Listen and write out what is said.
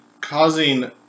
causing